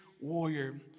warrior